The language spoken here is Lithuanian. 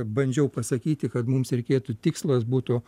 bandžiau pasakyti kad mums reikėtų tikslas būtų